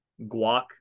guac